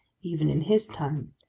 even in his time,